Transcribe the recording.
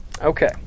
Okay